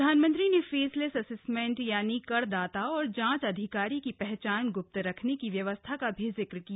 प्रधानमंत्री ने faceless assessment यानि करदाता और जांच अधिकारी की पहचान गृप्त रखने की व्यवस्था का भी जिक्र किया